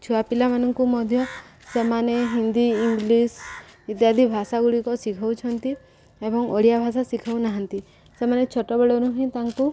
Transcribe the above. ଛୁଆପିଲାମାନଙ୍କୁ ମଧ୍ୟ ସେମାନେ ହିନ୍ଦୀ ଇଂଲିଶ ଇତ୍ୟାଦି ଭାଷା ଗୁଡ଼ିକ ଶିଖଉଛନ୍ତି ଏବଂ ଓଡ଼ିଆ ଭାଷା ଶିଖଉନାହାନ୍ତି ସେମାନେ ଛୋଟବେଳରୁୁ ହିଁ ତାଙ୍କୁ